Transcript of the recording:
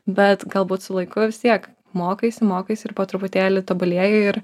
bet galbūt su laiku vis tiek mokaisi mokaisi ir po truputėlį tobulėji ir